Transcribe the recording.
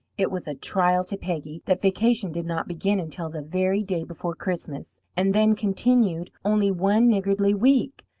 it was a trial to peggy that vacation did not begin until the very day before christmas, and then continued only one niggardly week.